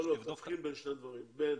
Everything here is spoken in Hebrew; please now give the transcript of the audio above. תבחין בין